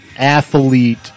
athlete